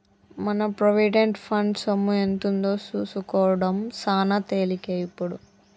మన provident fund సొమ్ము ఎంతుందో సూసుకోడం సాన తేలికే ఇప్పుడు